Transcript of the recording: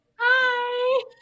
Hi